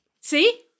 See